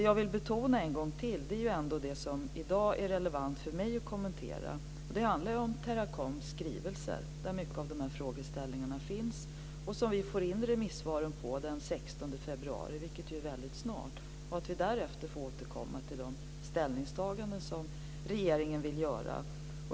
Jag vill en gång till betona det som i dag är relevant för mig att kommentera, nämligen Teracoms skrivelse där mycket av dessa frågeställningar finns med, och vi kommer att få in remissvaren den 16 februari - vilket är snart. Därefter får vi återkomma till de ställningstaganden som regeringen vill göra.